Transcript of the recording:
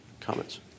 comments